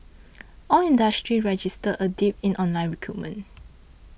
all industries registered a dip in online recruitment